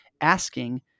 asking